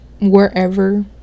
wherever